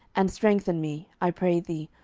and strengthen me, i pray thee,